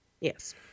Yes